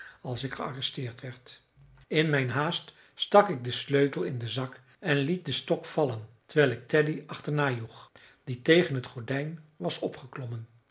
als ik gearresteerd werd in mijn haast stak ik den sleutel in den zak en liet den stok vallen terwijl ik teddy achterna joeg die tegen het gordijn was opgeklommen